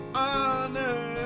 honor